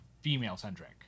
female-centric